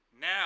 Now